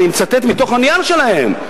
ואני מצטט מתוך הנייר שלהם,